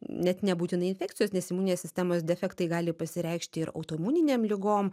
net nebūtinai infekcijos nes imuninės sistemos defektai gali pasireikšti ir autoimuninėm ligom